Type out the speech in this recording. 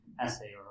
essay